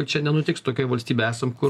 čia nenutiks tokioj valstybėj esam kur